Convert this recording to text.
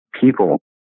people